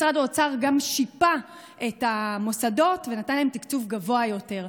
משרד האוצר גם שיפה את המוסדות ונתן להם תקציב גבוה יותר.